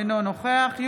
אינו נוכח משה אבוטבול,